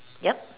yup